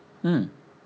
mm